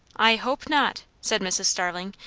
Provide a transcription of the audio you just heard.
i hope not! said mrs. starling,